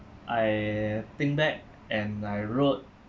I think back and I wrote